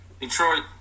Detroit